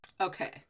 Okay